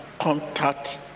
contact